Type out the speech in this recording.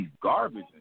garbage